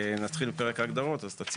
נתחיל בפרק ההגדרות, אז תציגו.